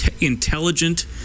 intelligent